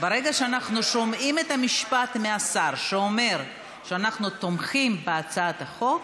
ברגע שאנחנו שומעים את המשפט מהשר שאומר: אנחנו תומכים בהצעת החוק,